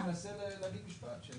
הוא מנסה להגיד משפט, שיגיד.